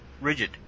rigid